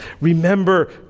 Remember